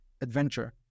adventure